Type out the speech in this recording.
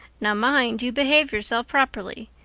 now, mind you behave yourself properly.